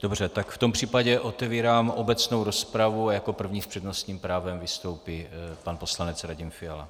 Dobře, tak v tom případě otevírám obecnou rozpravu a jako první s přednostním právem vystoupí pan poslanec Radim Fiala.